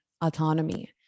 autonomy